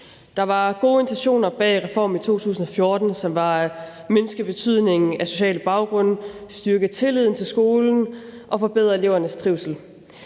Der var gode intentioner bag reformen i 2014, som var at mindske betydningen af sociale baggrunde, styrke tilliden til skolen og forbedre elevernes trivsel.